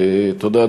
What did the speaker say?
תודה,